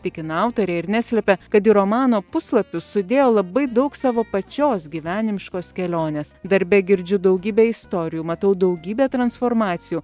tikina autorė ir neslepia kad į romano puslapius sudėjo labai daug savo pačios gyvenimiškos kelionės darbe girdžiu daugybę istorijų matau daugybę transformacijų